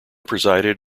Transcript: presided